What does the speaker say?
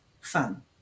fun